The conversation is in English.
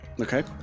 Okay